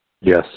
Yes